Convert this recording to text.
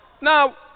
Now